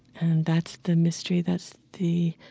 and that's the mystery, that's the,